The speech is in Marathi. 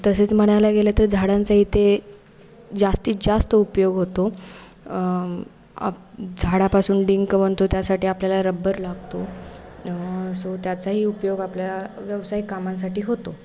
तसेच म्हणायला गेलं तर झाडांचा इथे जास्तीत जास्त उपयोग होतो आप झाडापासून डिंक बनतो त्यासाठी आपल्याला रब्बर लागतो सो त्याचाही उपयोग आपल्या व्यावसायिक कामांसाठी होतो